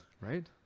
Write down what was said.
Right